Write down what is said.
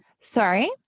Sorry